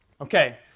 Okay